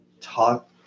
talk